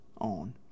on